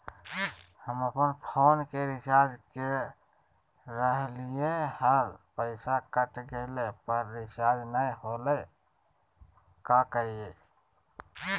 हम अपन फोन के रिचार्ज के रहलिय हल, पैसा कट गेलई, पर रिचार्ज नई होलई, का करियई?